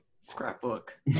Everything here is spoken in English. scrapbook